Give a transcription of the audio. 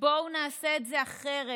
בואו נעשה את זה אחרת.